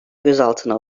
gözaltına